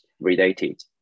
related